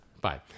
bye